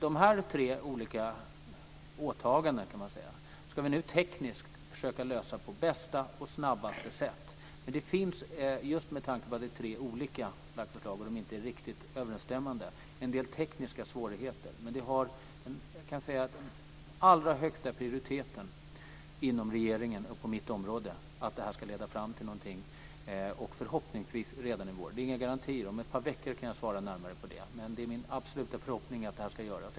Dessa tre åtaganden ska vi nu tekniskt försöka att lösa på bästa och snabbaste sätt. Men med tanke på att det rör sig om tre olika slags förslag som inte är helt överensstämmande finns det en del tekniska svårigheter. Men det har allra högsta prioritet inom regeringen och inom mitt område att detta ska leda fram till någonting, förhoppningsvis redan i vår. Jag kan inte lämna några garantier, men om ett par veckor kan jag ge ett närmare svar. Men det är min absoluta förhoppning att det här ska göras.